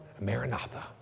maranatha